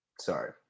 sorry